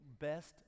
best